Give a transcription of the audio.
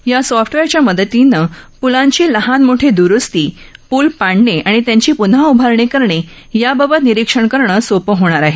या सॉफ्टवेअरच्या मदतीनं पुलांची लहानमोठी दरुस्ती पुल पाडणे आणि त्यांची पून्हा उभारणी करणे याबाबत निरीक्षण करणं सोपं होणार आहे